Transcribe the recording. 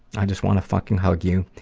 i just want to fucking hug you.